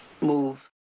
Move